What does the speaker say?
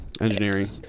Engineering